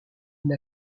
une